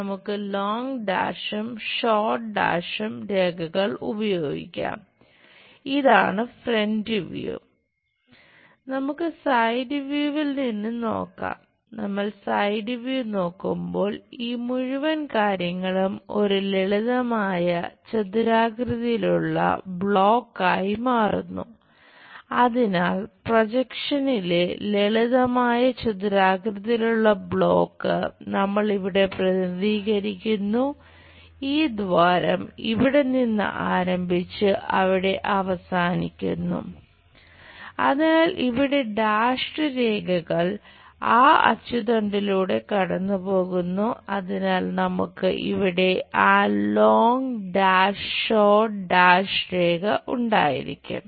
നമുക്ക് സൈഡ് വ്യൂവിൽ നമ്മൾ ഇവിടെ പ്രതിനിധീകരിക്കുന്നു ഒരു ദ്വാരം ഇവിടെ നിന്ന് ആരംഭിച്ച് അവിടെ അവസാനിക്കുന്നു അതിനാൽ ഇവിടെ ഡാഷ്ഡ് രേഖ ഉണ്ടായിരിക്കും